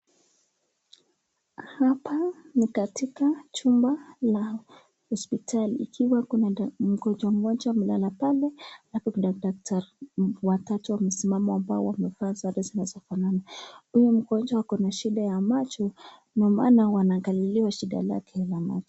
Hapa ni katika chumba la hospitali, ikiwa kuna mgonjwa moja amelala pale, alafu kuna daktari watatu ambao wamesimama, wamevaa sare zinazofanana, huyu mgonjwa ako na shida ya macho ndio maana anaangaliwa lake la macho.